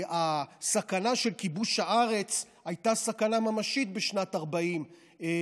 הסכנה של כיבוש הארץ הייתה סכנה ממשית בשנת 1941-1940,